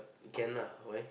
we can ah why